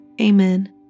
Amen